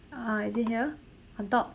uh is it here on top